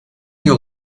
you